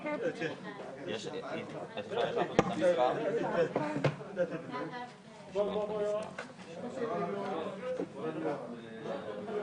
15:45.